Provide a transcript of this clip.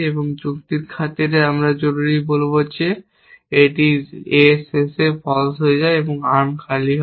এবং যুক্তির খাতিরে আমরা জরুরী করব যে এটিও A এর শেষে ফলস হয়ে যায় এবং আর্ম খালি হয়